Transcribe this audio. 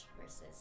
versus